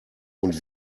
und